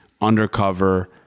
undercover